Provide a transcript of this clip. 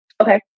Okay